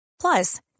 Plus